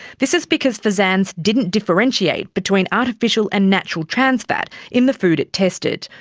this is because fsanz didn't differentiate between artificial and natural trans fat in the food it tested,